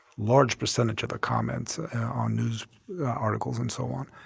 large percentage of the comments on news articles and so on,